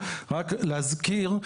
בכוונה.